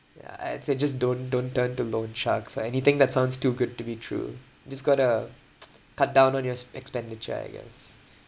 I'd say just don't don't turn to loan sharks or anything that sounds too good to be true just got to cut down on yours expenditure I guess